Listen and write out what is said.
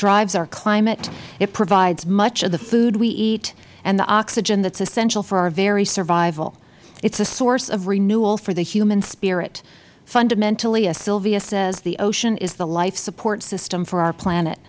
drives our climate it provides much of the food we eat and the oxygen that is essential for our very survival it is a source of renewal for the human spirit fundamentally as sylvia says the ocean is the life support system for our planet